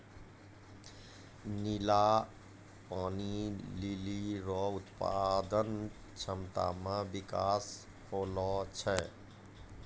नीला पानी लीली रो उत्पादन क्षमता मे बिकास होलो छै